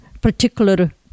particular